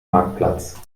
marktplatz